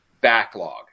backlog